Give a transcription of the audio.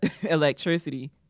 Electricity